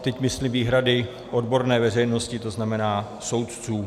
Teď myslím výhrady odborné veřejnosti, to znamená soudců.